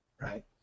right